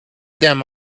them